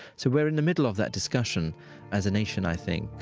so we're in the middle of that discussion as a nation, i think,